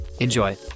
Enjoy